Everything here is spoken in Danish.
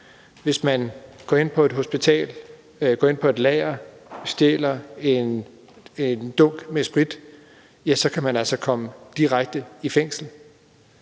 Hvis man går ind på et hospital, går ind på et lager og stjæler en dunk med sprit, kan man altså komme direkte i fængsel.